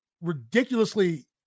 ridiculously